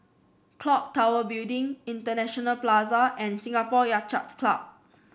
clock Tower Building International Plaza and Singapore Yacht Club